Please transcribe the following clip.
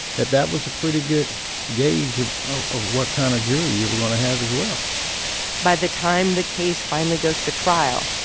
that that was a pretty good gauge of ah of what kind of jury you were going to have as well by the time the case finally goes to trial,